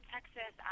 Texas